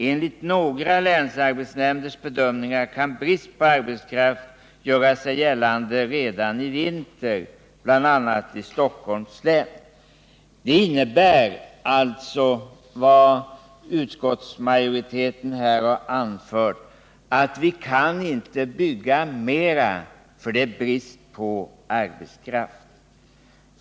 Enligt några länsarbetsnämnders bedömningar kan brist på arbetskraft göra sig gällande redan i vinter, bl.a. i Stockholms län.” Vad utskottsmajoriteten här har anfört innebär alltså att vi inte kan bygga mer därför att det är brist på arbetskraft.